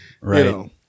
Right